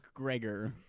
McGregor